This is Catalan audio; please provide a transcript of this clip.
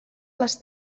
les